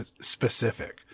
specific